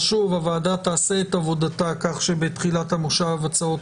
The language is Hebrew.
הוועדה תעשה את עבודתה כך שבתחילת המושב נמצה את הדיונים בהצעות